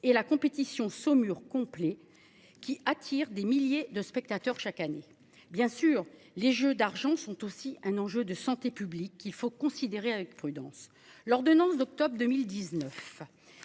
et la compétition Saumur complet qui attire des milliers de spectateurs chaque année. Bien sûr les jeux d'argent sont aussi un enjeu de santé publique qu'il faut considérer avec prudence l'ordonnance d'octobre 2019